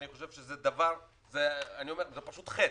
אני חושב שזה פשוט חטא.